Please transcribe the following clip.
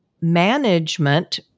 management